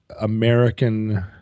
American